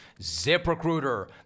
ziprecruiter